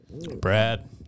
Brad